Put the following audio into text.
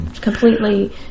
Completely